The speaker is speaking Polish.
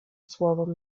słowom